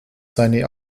seine